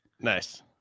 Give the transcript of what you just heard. Nice